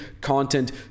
content